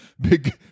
Big